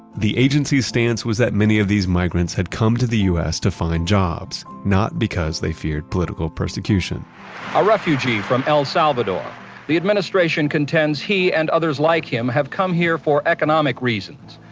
the agency's stance was that many of these migrants had come to the u s. to find jobs, not because they feared political persecution a refugee from el salvador the administration contends he and others like him have come here for economic reasons,